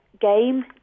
game